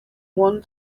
one